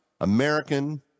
American